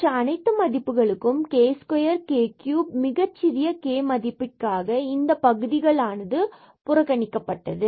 மற்ற அனைத்து மதிப்புகளும் k square k cube மிகச்சிறிய k மதிப்பிற்கான இந்த பகுதிகள் ஆனது புறக்கணிப்பட்டது